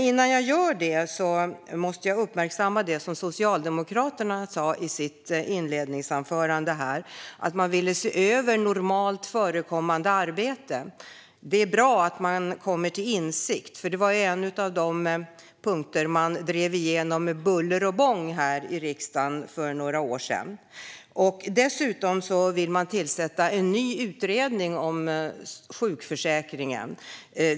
Innan jag går in på detta måste jag uppmärksamma det som sades från Socialdemokraterna inledningsvis i debatten, nämligen att de vill se över normalt förekommande arbete. Det är bra att de kommer till insikt, eftersom det var en av de punkter som de drev igenom med buller och bång här i riksdagen för några år sedan. Dessutom vill de tillsätta en ny utredning om sjukförsäkringen.